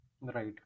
Right